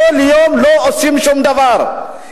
כל יום לא עושים שום דבר.